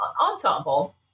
ensemble